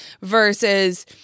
Versus